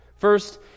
First